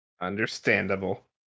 understandable